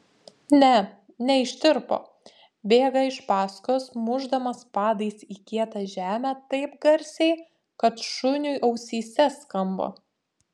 ne neištirpo bėga iš paskos mušdamas padais į kietą žemę taip garsiai kad šuniui ausyse skamba